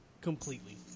completely